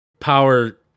Power